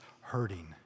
hurting